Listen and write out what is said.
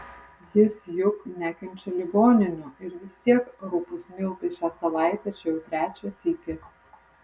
jis juk nekenčia ligoninių ir vis tiek rupūs miltai šią savaitę čia jau trečią sykį